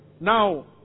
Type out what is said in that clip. Now